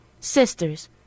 sisters